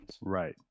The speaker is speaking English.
Right